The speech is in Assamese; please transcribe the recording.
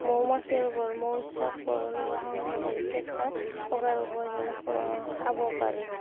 মৌ মাখি আৰু বৰল মৌচাক বৰলৰ বাঁহ সংগ্ৰহ কৰি কেঁচা পকা উভয় ধৰণে খাব পাৰি